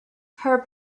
her